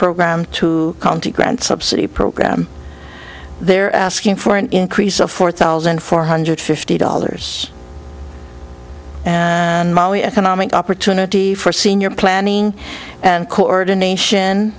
program to conti grants subsidy program they're asking for an increase of four thousand four hundred fifty dollars and mali economic opportunity for senior planning and coordination